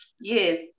Yes